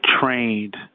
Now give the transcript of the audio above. trained